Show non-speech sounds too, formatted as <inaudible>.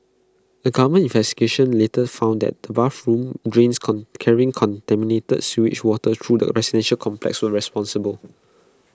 A government investigation later found that bathroom drains <unintelligible> carrying contaminated sewage water through the residential complex were responsible